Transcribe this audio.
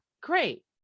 Great